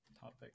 topic